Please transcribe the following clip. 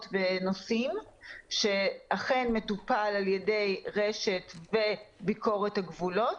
ונוסעים ומטופל על ידי רש"ת וביקורת הגבולות.